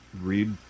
read